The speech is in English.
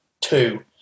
two